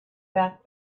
back